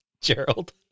Gerald